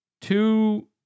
Two